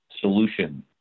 solution